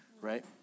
Right